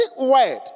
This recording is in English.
word